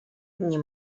nie